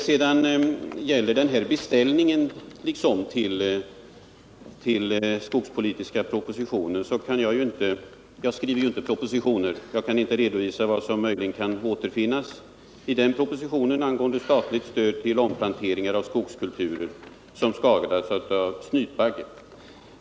Jag skriver inte propositioner och kan inte redovisa vad som möjligen kan återfinnas i den skogspolitiska propositionen beträffande statligt stöd till omplantering av skogskulturer som skadats av snytbaggen.